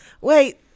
Wait